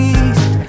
east